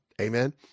amen